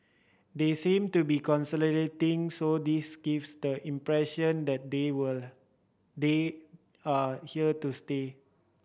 they seem to be consolidating so this gives the impression that they were they are here to stay